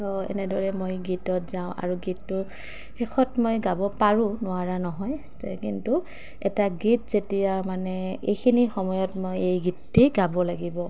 তো এনেদৰে মই গীতত যাওঁ আৰু গীতটো শেষত মই গাব পাৰোঁ নোৱাৰা নহয় তো কিন্তু এটা গীত যেতিয়া মানে এইখিনি সময়ত মই এই গীতটি গাব লাগিব